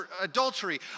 adultery